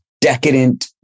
decadent